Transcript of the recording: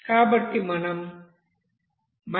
కాబట్టి మనం 1 277